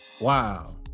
wow